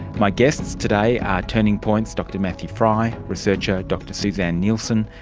my guests today are turning point's dr matthew frei, researcher dr suzanne nielsen,